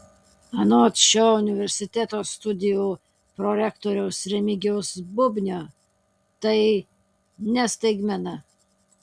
anot šio universiteto studijų prorektoriaus remigijaus bubnio tai ne staigmena